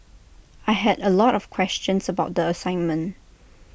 I had A lot of questions about the assignment